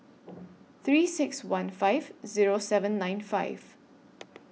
three six one five Zero seven nine five